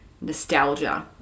nostalgia